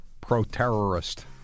pro-terrorist